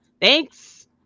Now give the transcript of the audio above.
Thanks